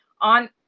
on